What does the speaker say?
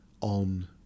on